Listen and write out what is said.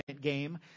game